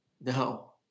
No